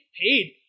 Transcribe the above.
paid